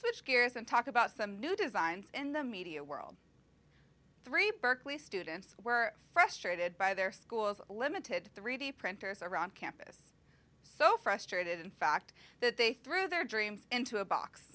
switch gears and talk about some new designs and the media world three berkeley students were frustrated by their schools limited to three d printers around campus so frustrated in fact that they threw their dreams into a box